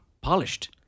polished